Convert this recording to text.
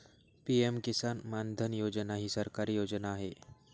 PM Kisan Maandhan Yojana ही सरकारी योजना आहे